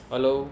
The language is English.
hello